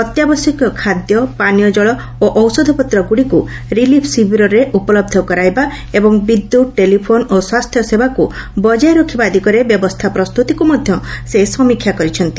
ଅତ୍ୟାବଶ୍ୟକୀୟ ଖାଦ୍ୟ ପାନୀୟ କଳ ଓ ଔଷଧପତ୍ରଗୁଡ଼ିକୁ ରିଲିଫ୍ ଶିବିରରେ ଉପଲବ୍ଧ କରାଇବା ଏବଂ ବିଦ୍ୟୁତ୍ ଟେଲିଫୋନ୍ ଓ ସ୍ୱାସ୍ଥ୍ୟ ସେବାକୁ ବଜାୟ ରଖିବା ଦିଗରେ ବ୍ୟବସ୍ଥା ପ୍ରସ୍ତୁତିକୁ ମଧ୍ୟ ସେ ସମୀକ୍ଷା କରିଛନ୍ତି